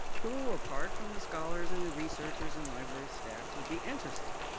who apart from the scholars and the researchers and library staff would be interested?